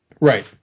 Right